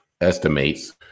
estimates